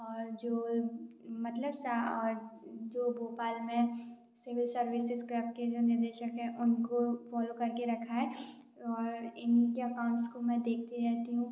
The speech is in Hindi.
और जो मतलब और जो भोपाल में सिविल सर्विसेस करके जो निदेशक है उनको फॉलो करके रखा है और इनके अकाउंट्स को मैं देखती रहती हूँ